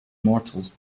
mortals